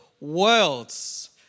world's